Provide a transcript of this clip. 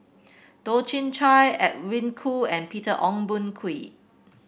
Toh Chin Chye Edwin Koo and Peter Ong Boon Kwee